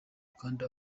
kandi